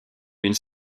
une